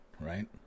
right